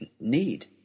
need